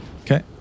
Okay